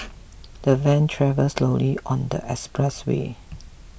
the van travelled slowly on the expressway